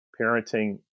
parenting